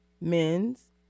men's